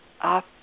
up